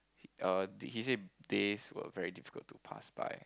err he say days were very difficult to pass by